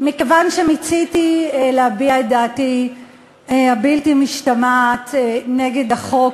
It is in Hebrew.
מכיוון שמיציתי להביע את דעתי הבלתי-משתמעת נגד החוק